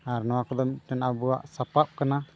ᱟᱨ ᱱᱚᱣᱟ ᱠᱚᱫᱚ ᱢᱤᱫᱴᱟᱝ ᱟᱵᱚᱣᱟᱜ ᱥᱟᱯᱟᱯ ᱠᱟᱱᱟ